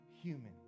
human